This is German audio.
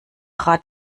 rat